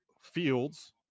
fields